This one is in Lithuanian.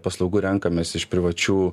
paslaugų renkamės iš privačių